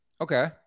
Okay